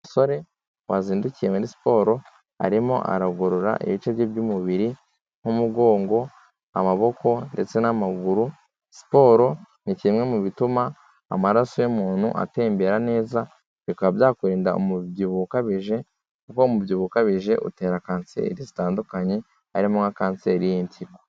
Umusore wazindukiye muri siporo arimo aragorora ibice bye by'umubiri nk'umugongo, amaboko ndetse n'amaguru, siporo ni kimwe mu bituma amaraso y'umuntu atembera neza bikaba byakurinda umubyibuho ukabije kuko umubyibuho ukabije utera kanseri zitandukanye, harimo nka kanseri y'impyiko.